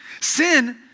sin